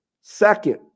Second